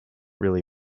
really